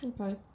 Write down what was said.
Okay